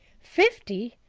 fifty,